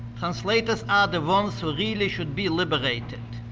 translators are the ones who really should be liberated.